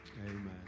Amen